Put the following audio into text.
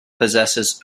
possesses